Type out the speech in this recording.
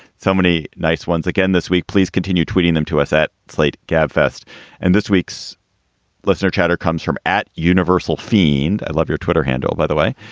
so many nice ones again this week. please continue tweeting them to us at slate. fest and this week's listener chatter comes from at universal fiend. i love your twitter handle, by the way.